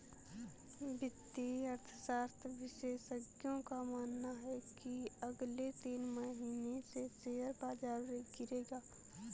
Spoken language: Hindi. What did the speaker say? वित्तीय अर्थशास्त्र विशेषज्ञों का मानना है की अगले तीन महीने में शेयर बाजार गिरेगा